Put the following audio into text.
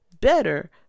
better